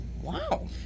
Wow